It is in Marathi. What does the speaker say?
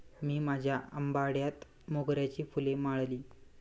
मी माझ्या आंबाड्यात मोगऱ्याची फुले माळली